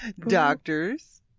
Doctors